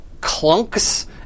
clunks